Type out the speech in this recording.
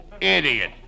idiot